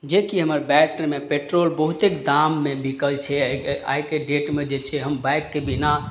जेकि हमर बाइक्ट्रमे पेट्रोल बहुतेक दाममे बिकै छै आइके डेटमे जे छै हम बाइकके बिना